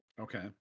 Okay